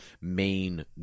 main